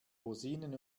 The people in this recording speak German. rosinen